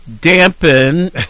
dampen